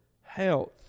health